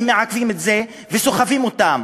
להם מעכבים את זה וסוחבים אותם.